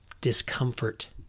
discomfort